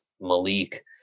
Malik